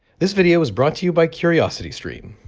this video was brought to you by curiositystream.